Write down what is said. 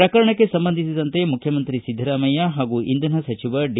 ಪ್ರಕರಣಕ್ಕೆ ಸಂಬಂಧಿಸಿದಂತೆ ಮುಖ್ಯಮಂತ್ರಿ ಸಿದ್ದರಾಮಯ್ಯ ಹಾಗು ಇಂಧನ ಸಚಿವ ಡಿ